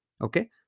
okay